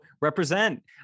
Represent